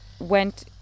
went